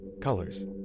colors